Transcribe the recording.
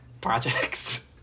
projects